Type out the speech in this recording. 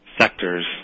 sectors